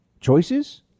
choices